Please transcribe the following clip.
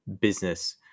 business